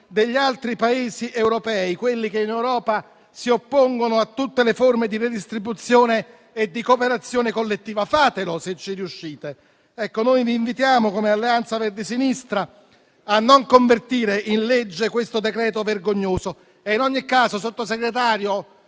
degli altri Paesi europei, quelli che in Europa si oppongono a tutte le forme di redistribuzione e di cooperazione collettiva. Fatelo se ci riuscite. Noi di Alleanza Verdi e Sinistra vi invitiamo a non convertire in legge questo decreto-legge vergognoso e in ogni caso, signor Sottosegretario,